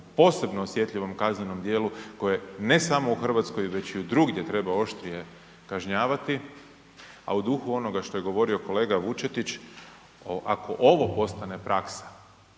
posebno osjetljivom kaznenom djelu koje ne samo u Hrvatskoj već i drugdje oštrije kažnjavati, a u duhu onoga što je govorio kolega Vučetić, ako ovo postane praksa